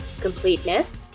completeness